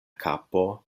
kapo